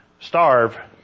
starve